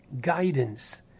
guidance